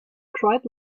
cried